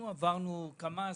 אנחנו עברנו כמה אסונות,